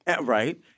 Right